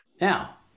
Now